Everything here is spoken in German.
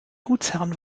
gutsherren